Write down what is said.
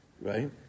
right